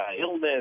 illness